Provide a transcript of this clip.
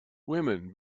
women